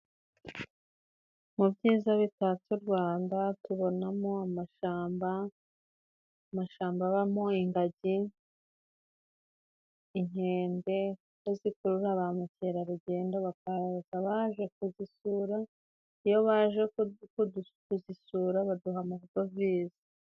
Mu byiza bitatse u Rwanda tubonamo amashamba, amashamba abamo: ingagi, inkende zo zikurura ba mukerarugendo bakaza baje kuzisura. Iyo baje kuzisura, baduha amadovize.